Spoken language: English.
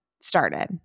started